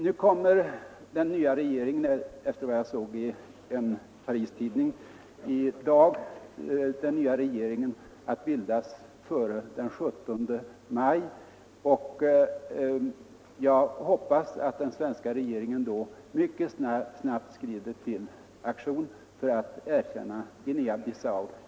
Nu kommer den nya provisoriska regeringen enligt vad jag såg i en Paristidning i dag att bildas före den 17 maj. Jag hoppas att den svenska regeringen då mycket snabbt skrider till aktion för att erkänna Guinea-Bissau.